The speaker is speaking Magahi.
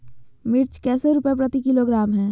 मिर्च कैसे रुपए प्रति किलोग्राम है?